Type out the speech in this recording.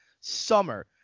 summer